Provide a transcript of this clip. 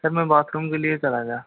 sir मैं bathroom के लिए चला गया